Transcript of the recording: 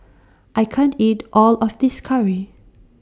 I can't eat All of This Curry